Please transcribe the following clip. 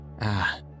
Ah